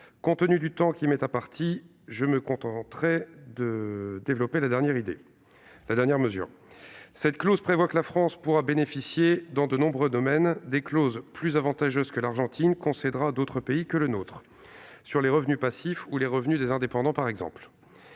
Compte tenu du temps qui m'est imparti, je me contenterai d'évoquer la clause de la nation la plus favorisée. Cette clause prévoit que la France pourra bénéficier, dans de nombreux domaines, des clauses plus avantageuses que l'Argentine concédera à d'autres pays que le nôtre, sur les revenus passifs ou les revenus des indépendants, par exemple.